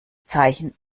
zeichen